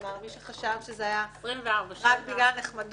כלומר, מי שחשב שזה רק בגלל הנחמדות,